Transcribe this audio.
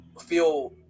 feel